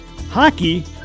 hockey